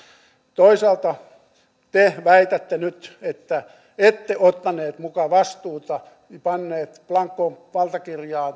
toisaalta te väitätte nyt että ette ottaneet muka vastuuta ja panneet blankovaltakirjaan